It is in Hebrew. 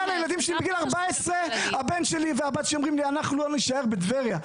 בגיל 14 הבן שלי והבת שלי אומרים לי אנחנו לא נישאר בטבריה.